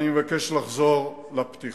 אני מבקש לחזור לפתיחה.